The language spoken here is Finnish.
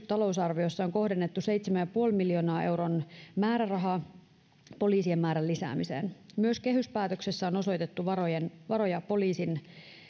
talousarviossa on kohdennettu seitsemän pilkku viiden miljoonan euron määräraha poliisien määrän lisäämiseen myös kehyspäätöksessä on osoitettu varoja poliisien